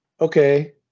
okay